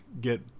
get